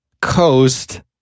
coast